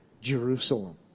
Jerusalem